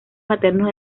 maternos